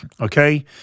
okay